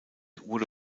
wurde